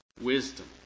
Wisdom